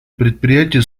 предприятия